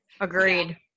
Agreed